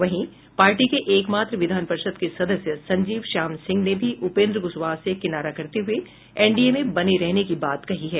वहीं पार्टी के एकमात्र विधान परिषद के सदस्य संजीव श्याम सिंह ने भी उपेन्द्र क्शवाहा से किनारा करते हये एनडीए में बने रहने की बात कही है